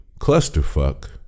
clusterfuck